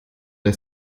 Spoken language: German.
der